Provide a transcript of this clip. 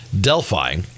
Delphi